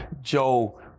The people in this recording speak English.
Joe